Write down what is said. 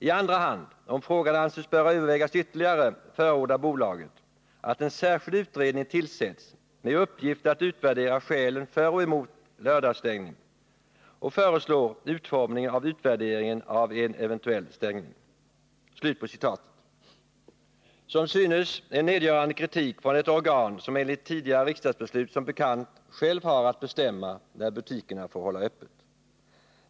I andra hand, om frågan anses böra övervägas ytterligare, förordar bolaget att en särskild utredning tillsätts med uppgift att utvärdera skälen för och emot lördagsstängningen och föreslå utformningen av utvärderingen av en eventuell stängning.” Som synes är detta en nedgörande kritik från ett organ som enligt tidigare riksdagsbeslut som bekant självt har att bestämma när butikerna får hålla öppet.